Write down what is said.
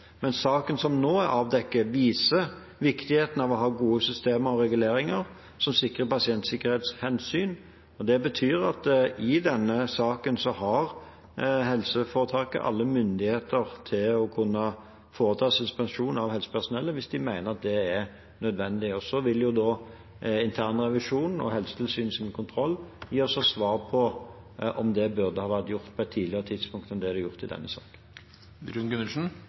Men saken som nå er avdekket, viser viktigheten av å ha gode systemer og reguleringer som sikrer pasientsikkerhetshensyn. Det betyr at i denne saken har helseforetaket alle myndigheter til å kunne foreta suspensjon av helsepersonellet hvis de mener at det er nødvendig. Internrevisjonen og Helsetilsynets kontroll vil gi oss svar på om det burde ha vært gjort på et tidligere tidspunkt enn det som er gjort i denne